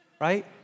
right